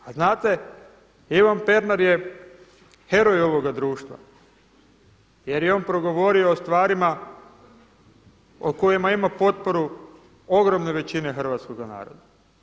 A znate Ivan Pernar je heroj ovoga društva jer je on progovorio o stvarima u kojima potporu ogromne većine hrvatskoga naroda.